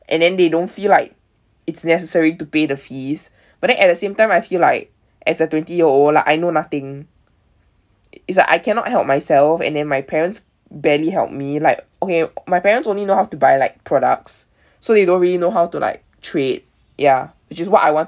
and then they don't feel like it's necessary to pay the fees but then at the same time I feel like as a twenty year old like I know nothing it's like I cannot help myself and then my parents barely help me like okay my parents only know how to buy like products so they don't really know how to like trade ya which is what I want